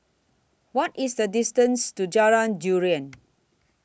What IS The distance to Jalan Durian